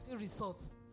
results